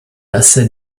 assez